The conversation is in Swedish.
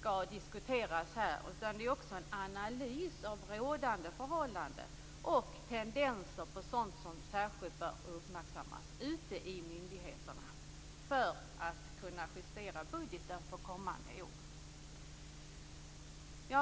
skall diskuteras här. Vi skall också göra en analys av rådande förhållanden och tendenser som särskilt bör uppmärksammas ute i myndigheterna för att kunna justera budgeten för kommande år.